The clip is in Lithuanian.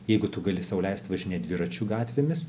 jeigu tu gali sau leist važinėt dviračiu gatvėmis